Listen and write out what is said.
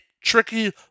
Tricky